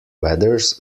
weathers